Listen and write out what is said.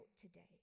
today